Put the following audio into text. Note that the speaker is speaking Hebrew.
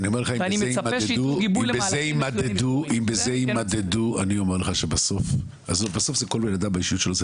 ואני מצפה שיתנו גיבוי --- זה כל בן אדם באישיות שלו,